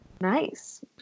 Nice